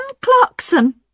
Clarkson